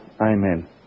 Amen